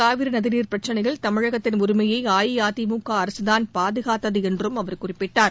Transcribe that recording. காவிரி நதிநீர் பிரச்சினையில் தமிழகத்தின் உரிமையை அஇஅதிமுக அரசுதான் பாதுகாத்தது என்றும் அவர் குறிப்பிட்டார்